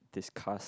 discuss